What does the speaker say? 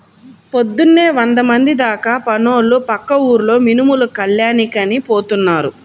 పొద్దున్నే వందమంది దాకా పనోళ్ళు పక్క ఊర్లో మినుములు కల్లానికని పోతున్నారు